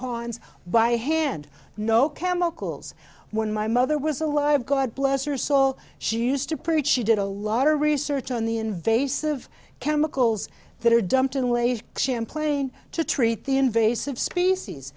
ponds by hand no chemicals when my mother was alive god bless her soul she used to preach she did a lot of research on the invasive chemicals that are dumped in waste champlain to treat the invasive species